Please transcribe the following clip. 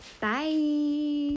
Bye